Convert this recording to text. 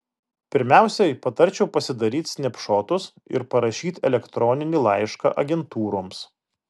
pirmiausia patarčiau pasidaryt snepšotus ir parašyt elektroninį laišką agentūroms